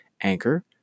Anchor